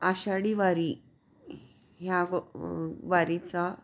आषाढीवारी ह्या व वारीचा